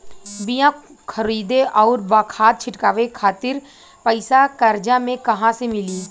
बीया खरीदे आउर खाद छिटवावे खातिर पईसा कर्जा मे कहाँसे मिली?